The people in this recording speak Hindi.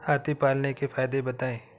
हाथी पालने के फायदे बताए?